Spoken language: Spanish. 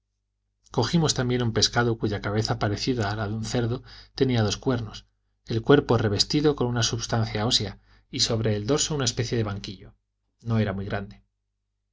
cogimos también un pescado cuya cabeza parecida a la de un cerdo tenía dos cuernos el cuerpo revestido con una substancia ósea y sobre el dorso una especie de banquillo no era muy grande